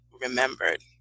remembered